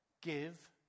give